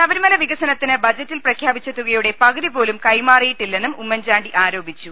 ശബരിമല വികസനത്തിന് ബജ റ്റിൽ പ്രഖ്യാപിച്ച തുകയുടെ പകുതി പോലും കൈമാറിയിട്ടില്ലെന്നും ഉമ്മൻചാണ്ടി ആരോപിച്ചു